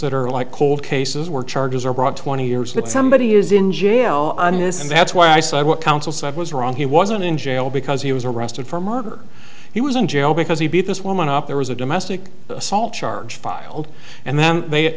that are like cold cases where charges are brought twenty years that somebody is in jail on this and that's why i said what counsel said was wrong he wasn't in jail because he was arrested for murder he was in jail because he beat this woman up there was a demo assault charge filed and then they